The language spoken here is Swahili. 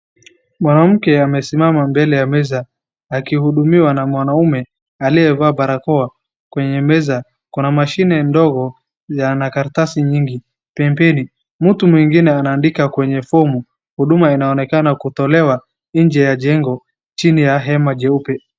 Mwanamke amesimama mbele ya meza akihudumiwa na mwanaume aliyevaa barakoa. Kwenye meza kuna mashine ndogo yana karatasi nyingi. Pembeni, mtu mwingine anaandika kwenye fomu. Huduma inaonekana kutolewa nje ya jengo chini ya hema jeupe.